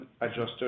adjusted